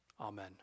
Amen